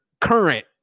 current